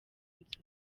nzu